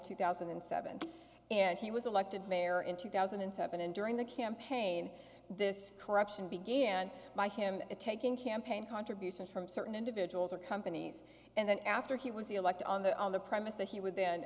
two thousand and seven and he was elected mayor in two thousand and seven and during the campaign this corruption began by him taking campaign contributions from certain individuals or companies and then after he was elected on the on the premise that he would then